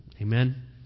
Amen